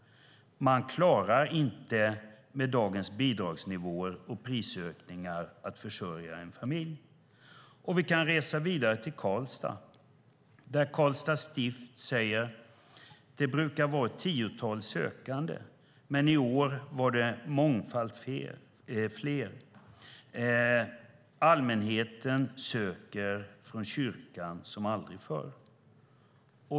Man klarar inte att försörja en familj med dagens bidragsnivåer och prisökningar. Vi kan resa vidare till Karlstad, där Karlstad stift säger: Det brukar vara ett tiotal sökande, men i år var det mångfalt fler. Allmänheten söker från kyrkan som aldrig förr.